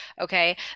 okay